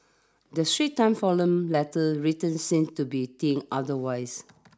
The Straits Times forum letter writer seems to be think otherwise